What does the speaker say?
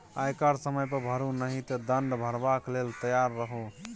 आयकर समय पर भरू नहि तँ दण्ड भरबाक लेल तैयार रहु